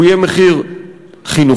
הוא יהיה מחיר חינוכי,